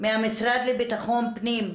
מהמשרד לביטחון פנים,